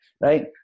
right